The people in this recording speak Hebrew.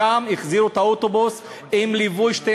משם החזירו את האוטובוס בליווי של שתי